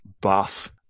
buff